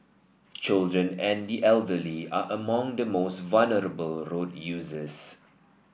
children and the elderly are among the most vulnerable road users